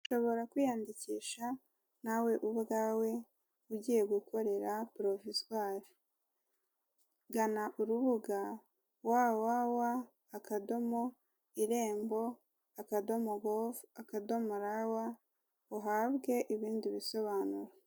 Ushobora kwiyandikisha nawe ubwawe ugiye gukorera porovizwari , gana urubuga wawawa akadomo, irembo akadomo govu, akadomo rawa uhabwe ibindi bisobanuro.